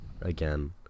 again